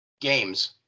games